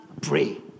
Pray